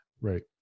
right